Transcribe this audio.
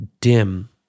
dim